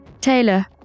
Taylor